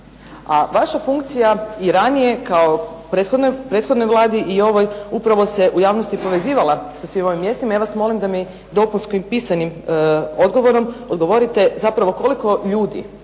a vaša funkcija i ranije kao i u prethodnoj Vladi i ovoj, upravo se u javnosti povezivala sa svim ovim mjestima, ja vas molim da mi dopunsko i pisanim odgovorom odgovorite zapravo koliko ljudi